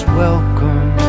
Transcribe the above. welcome